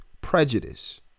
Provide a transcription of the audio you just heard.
prejudice